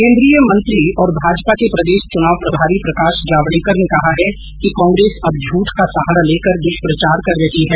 केन्द्रीय मंत्री और भाजपा के प्रदेश चुनाव प्रभारी प्रकाश जावड़ेकर ने कहा कि कांग्रेस अब झूठ का सहारा लेकर दृष्प्रचार कर रही है